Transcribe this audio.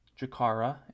Jakara